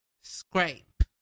Scrape